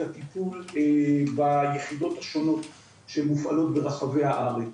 הטיפול ביחידות השונות שמופעלות ברחבי הארץ.